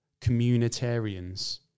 communitarians